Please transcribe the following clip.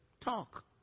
talk